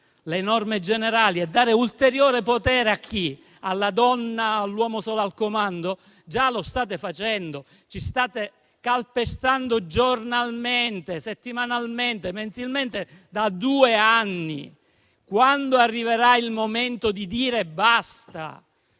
le norme generali e dare ulteriore potere alla donna o all'uomo solo al comando, lo state già facendo. Ci state calpestando giornalmente, settimanalmente, mensilmente da due anni. Quando arriverà il momento di dire basta?